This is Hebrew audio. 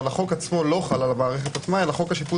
אבל החוק לא חל על המערכת עצמה אלא חוק השיפוט